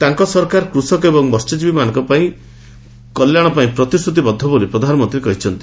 ତାଙ୍କ ସରକାର କୃଷକ ଏବଂ ମସ୍ୟଜୀବୀମାନଙ୍କ କଲ୍ୟାଣ ପାଇଁ ପ୍ରତିଶ୍ରତିବଦ୍ଧ ବୋଲି ପ୍ରଧାନମନ୍ତ୍ରୀ କହିଛନ୍ତି